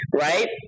right